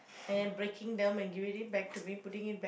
and then breaking them and giving it back to me putting it back